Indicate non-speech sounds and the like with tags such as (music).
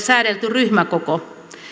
(unintelligible) säädelty ryhmäkoko